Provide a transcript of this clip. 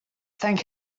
thank